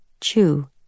Chew